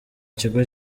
kigo